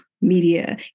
media